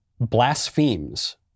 blasphemes